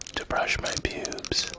to brush my pubes.